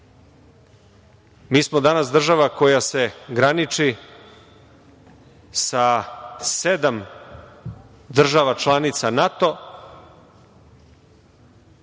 Mi smo danas država koja se graniči sa sedam država članica NATO,